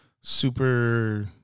super